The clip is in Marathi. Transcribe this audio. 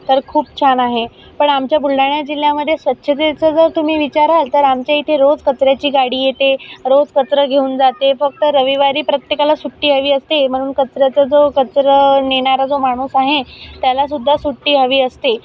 तर खूप छान आहे पण आमच्या बुलढाणा जिल्ह्यामध्ये स्वच्छतेचं जर तुम्ही विचाराल तर आमच्या इथे रोज कचऱ्याची गाडी येते रोज कचरा घेऊन जाते फक्त रविवारी प्रत्येकाला सुट्टी हवी असते म्हणून कचऱ्याचा जो कचरा नेणारा जो माणूस आहे त्यालासुद्धा सुट्टी हवी असते